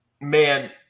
man